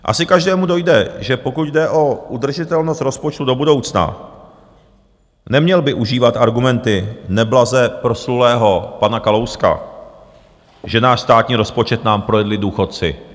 Asi každému dojde, že pokud jde o udržitelnost rozpočtu do budoucna, neměl by užívat argumenty neblaze proslulého pana Kalouska, že náš státní rozpočet nám projedli důchodci.